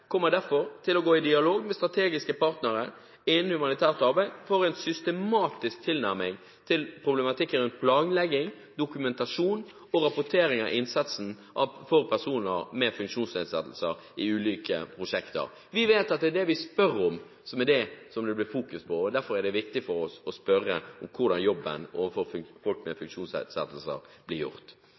kommer derfor til å gå i dialog med strategiske partnere innen humanitært arbeid for å få en systematisk tilnærming til problematikken rundt planlegging, dokumentasjon og rapportering av innsatsen for personer med funksjonsnedsettelser i ulike prosjekter. Vi vet at det er det vi spør om, som blir fokusert på, og derfor er det viktig for oss å spørre om hvordan jobben overfor folk med funksjonsnedsettelser blir gjort.